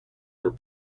were